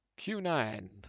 Q9